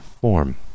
form